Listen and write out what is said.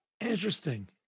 Interesting